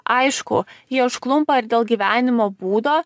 aišku jie užklumpa ir dėl gyvenimo būdo